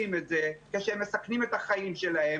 כאשר הם מסכנים את החיים שלהם,